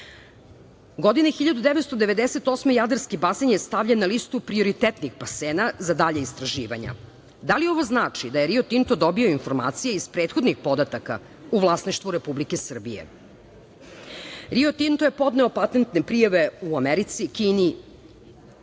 Godine 1998. Jadarski basen je stavljen na listu prioritetnih basena za dalja istraživanja. Da li ovo znači da je "Rio Tinto" dobio informacije iz prethodnih podataka u vlasništvu Republike Srbije? "Rio Tinto" je podneo patentne prijave u Americi, Kini.